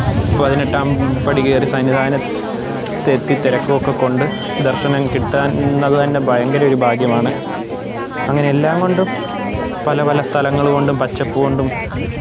പതിനെട്ടാം പടി കയറി സന്നിധാന ത്തെത്തി തിരക്കുമൊക്കെ കൊണ്ട് ദര്ശനം കിട്ടാവുന്നത് തന്നെ ഭയങ്കരം ഒരു ഭാഗ്യമാണ് അങ്ങനെ എല്ലാം കൊണ്ടും പല പല സ്ഥലങ്ങൾ കൊണ്ടും പച്ചപ്പ് കൊണ്ടും